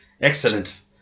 excellent